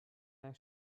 their